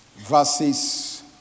Verses